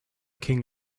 king